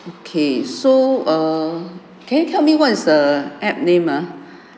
okay so err can you tell me what is the app name ah